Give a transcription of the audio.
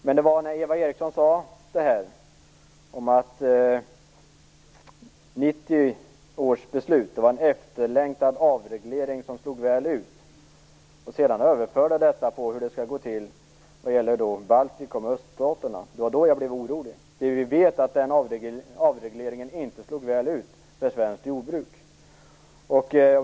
Men när Eva Eriksson sade att 1990 års beslut var en efterlängtad avreglering som slog väl ut och sedan överförde detta på hur det skall gå till när det gäller Baltikum och öststaterna blev jag orolig. Vi vet att den avregleringen inte slog väl ut för svenskt jordbruk.